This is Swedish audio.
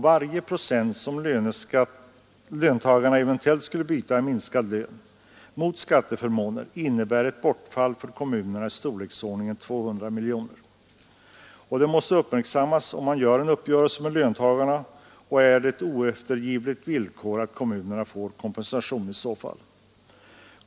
Varje procent i minskad lön som löntagarna eventuellt skulle byta mot skatteförmåner innebär ett bortfall för kommunerna i storleksordningen 200 miljoner. Det måste uppmärksammas att om man gör en uppgörelse med löntagarna så är det ett oeftergivligt villkor att kommunerna får kompensation.